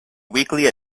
weekly